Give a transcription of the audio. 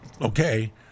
okay